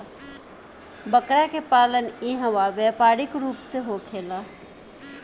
बकरा के पालन इहवा व्यापारिक रूप से होखेला